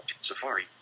Safari